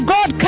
God